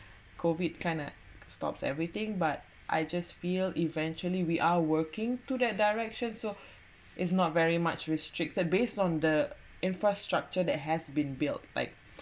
COVID kind of stops everything but I just feel eventually we are working to that direction so it's not very much restrict based on the infrastructure that has been built like